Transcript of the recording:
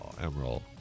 Emerald